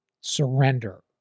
surrender